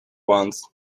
want